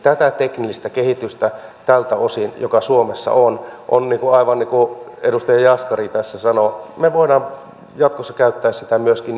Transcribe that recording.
tätä teknistä kehitystä tältä osin joka suomessa on aivan niin kuin edustaja jaskari tässä sanoi me voimme jatkossa käyttää myöskin vientivalttinamme